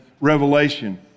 Revelation